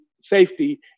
safety